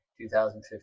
2015